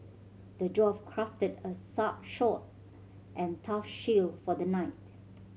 the dwarf crafted a sword and a tough shield for the knight